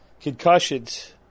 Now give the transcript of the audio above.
concussions